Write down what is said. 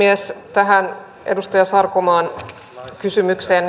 tähän edustaja sarkomaan kysymykseen